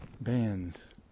bands